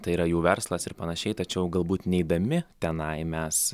tai yra jų verslas ir pan tačiau galbūt neidami tenai mes